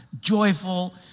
joyful